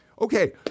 Okay